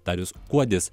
darius kuodis